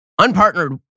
Unpartnered